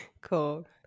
Cool